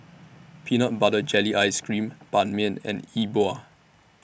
Peanut Butter Jelly Ice Cream Ban Mian and Yi Bua